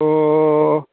अह